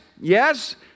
yes